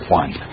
one